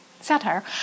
satire